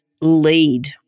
lead